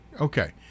Okay